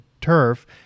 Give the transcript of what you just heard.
turf